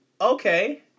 okay